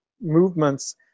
movements